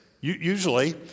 Usually